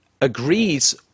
agrees